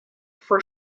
for